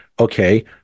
Okay